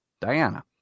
diana